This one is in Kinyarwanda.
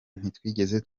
ntitwigeze